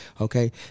Okay